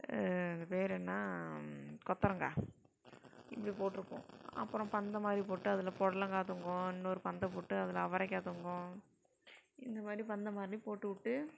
அது பேரு என்ன கொத்தவரங்கா இப்படி போட்டிருப்போம் அப்புறம் பந்தல் மாதிரி போட்டு அதில் புடலங்கா தொங்கும் இன்னொரு பந்தல் போட்டு அதில் அவரைக்காய் தொங்கும் இந்த மாதிரி பந்தல் மாதிரி போட்டுவிட்டு